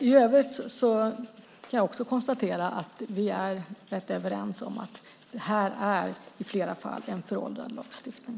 I övrigt kan jag konstatera att vi är rätt överens om att här är det i flera fall en föråldrad lagstiftning.